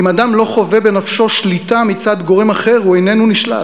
אם אדם לא חווה בנפשו שליטה מצד גורם אחר הוא איננו נשלט.